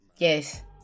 yes